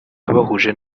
yabahuje